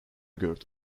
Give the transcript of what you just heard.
gördü